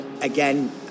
again